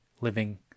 living